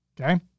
Okay